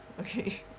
okay